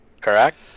Correct